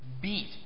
beat